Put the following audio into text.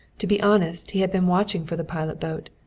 to be honest, he had been watching for the pilot boat,